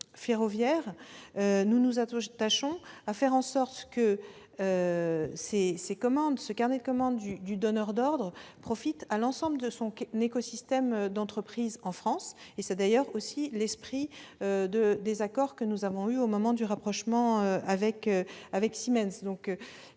ferroviaire, nous nous attachons à faire en sorte que le carnet de commandes du donneur d'ordre profite à l'ensemble de son écosystème d'entreprises en France. C'est d'ailleurs aussi l'esprit des accords que nous avons passés au moment du rapprochement avec Siemens.